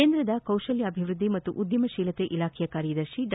ಕೇಂದ್ರದ ಕೌಶಲ್ಯ ಅಭಿವೃದ್ದಿ ಮತ್ತ ಉದ್ಯಮಶೀಲತೆ ಇಲಾಖೆ ಕಾರ್ಯದರ್ಶಿ ಡಾ